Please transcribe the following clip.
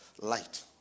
Light